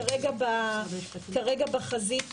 כרגע בחזית